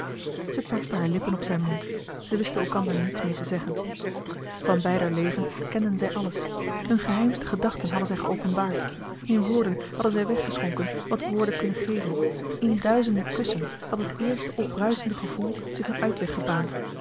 zij perste haar lippen op zijn mond zij wisten elkander niets meer te zeggen van beider leven kenden zij alles hun geheimste gedachten hadden zij geopenbaard in woorden hadden zij weggeschonken wat woorden kunnen geven in duizenden kussen had het eerste opbruisende gevoel zich een